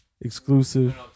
exclusive